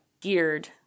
geared